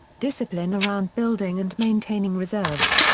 discipline around building and maintaining reserves.